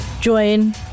join